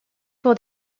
pour